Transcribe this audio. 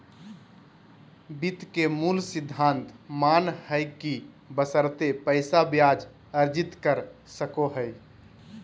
वित्त के मूल सिद्धांत मानय हइ कि बशर्ते पैसा ब्याज अर्जित कर सको हइ